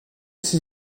ses